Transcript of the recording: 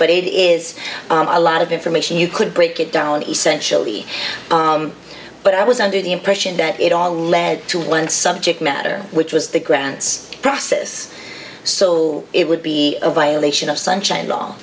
but it is a lot of information you could break it down essentially but i was under the impression that it all led to one subject matter which was the grants process so it would be a violation of sunshine law